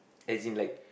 as in like